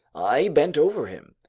i bent over him.